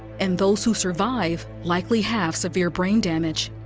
and those who survive likely have severe brain damage.